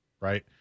Right